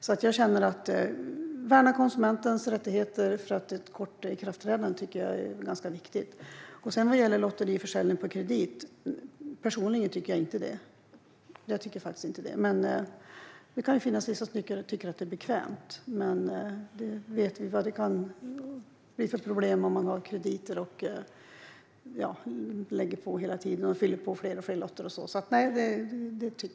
Vi ska värna konsumentens rättigheter. Ett kort ikraftträdande är ganska viktigt. Lottförsäljning på kredit är jag personligen emot. Det kan ju finnas vissa som tycker att det är bekvämt, men vi vet vad det kan bli för problem om man har krediter och köper fler och fler lotter.